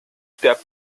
step